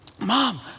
mom